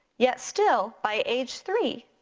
yet still by age three,